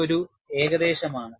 ഇത് ഒരു ഏകദേശമാണ്